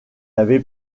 avait